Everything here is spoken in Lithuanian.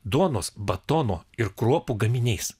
duonos batono ir kruopų gaminiais